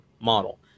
model